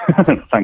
thank